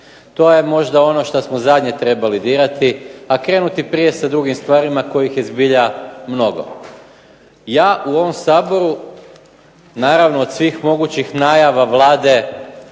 To je možda ono što smo zadnje trebali dirati, a krenuti prije sa drugim stvarima kojih je zbilja mnogo. Ja u ovom Saboru, naravno od svih mogućih najava Vlade,